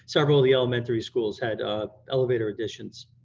several of the elementary schools had elevator additions.